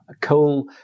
coal